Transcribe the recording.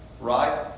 right